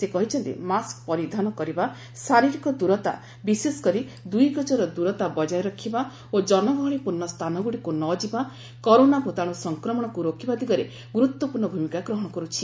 ସେ କହିଛନ୍ତି ମାସ୍କ ପରିଧାନ କରିବା ଶାରୀରିକ ଦୂରତା ବିଶେଷ କରି ଦୁଇ ଗଜର ଦୂରତା ବଜାୟ ରଖିବା ଓ କନଗହଳିପୂର୍ଣ୍ଣ ସ୍ଥାନଗୁଡ଼ିକୁ ନ ଯିବା କରୋନା ଭୂତାଣୁ ସଂକ୍ରମଣକୁ ରୋକିବା ଦିଗରେ ଗୁରୁତ୍ୱପୂର୍ଣ୍ଣ ଭୂମିକା ଗ୍ରହଣ କରୁଛି